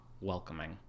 welcoming